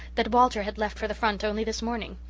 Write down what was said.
that walter had left for the front only this morning.